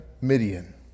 Midian